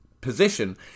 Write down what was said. position